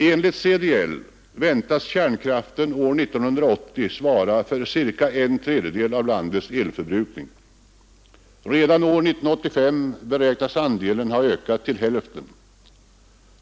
Enligt CDL väntas kärnkraften år 1980 svara för ca en tredjedel av landets elförbrukning. Redan år 1985 beräknas andelen ha ökat till hälften.